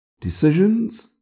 Decisions